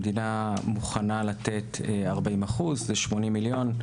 המדינה מוכנה לתת 40%, זה 80 מיליון שקלים.